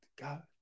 God